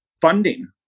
funding